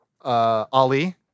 Ali